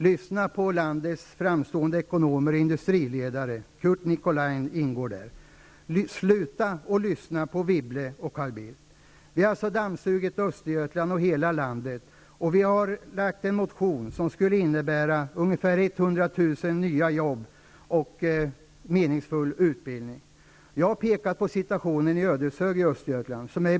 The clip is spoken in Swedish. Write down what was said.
Lyssna på landets framstående ekonomer och industriledare -- Curt Nicolin är en av dem! Sluta upp med att lyssna på Anne Wibble och Carl Bildt! Vi har ''dammsugit'' Östergötland och hela landet. Vi har väckt en motion med förslag som skulle ge Jag har pekat på situationen i Ödeshög i Östergötland.